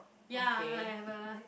ya like have a